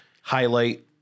highlight